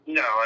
no